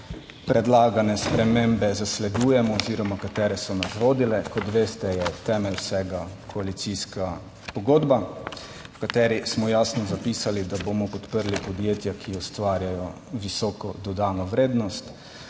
predlagane spremembe zasledujemo oziroma katere so nas vodile. Kot veste je temelj vsega koalicijska pogodba, v kateri smo jasno zapisali, da bomo podprli podjetja, ki ustvarjajo visoko dodano vrednost.